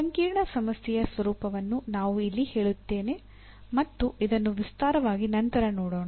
ಸಂಕೀರ್ಣ ಸಮಸ್ಯೆಯ ಸ್ವರೂಪವನ್ನು ನಾವು ಇಲ್ಲಿ ಹೇಳುತ್ತೇನೆ ಮತ್ತು ಇದನ್ನು ವಿಸ್ತಾರವಾಗಿ ನಂತರ ನೋಡೋಣ